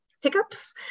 hiccups